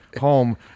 home